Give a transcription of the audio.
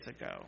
ago